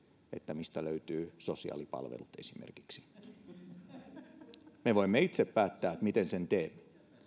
mistä löytyy esimerkiksi sosiaalipalvelut me voimme itse päättää miten sen teemme